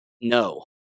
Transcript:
No